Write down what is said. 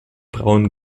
braun